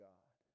God